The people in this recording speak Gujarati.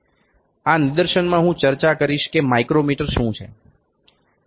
આ નિદર્શનમાં હું ચર્ચા કરીશ કે માઇક્રોમીટર શું છે